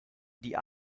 die